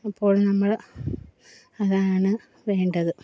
അപ്പോൾ നമ്മള് അതാണ് വേണ്ടത്